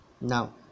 now